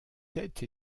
tête